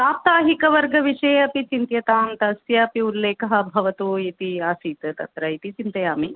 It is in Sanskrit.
साप्ताहिकवर्गविषये अपि चिन्त्यतां तस्यापि उल्लेखः भवतु इति आसीत् तत्र इति चिन्तयामि